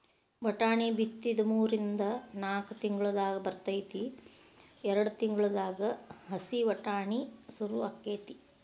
ವಟಾಣಿ ಬಿತ್ತಿದ ಮೂರಿಂದ ನಾಕ್ ತಿಂಗಳದಾಗ ಬರ್ತೈತಿ ಎರ್ಡ್ ತಿಂಗಳದಾಗ ಹಸಿ ವಟಾಣಿ ಸುರು ಅಕೈತಿ